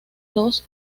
dos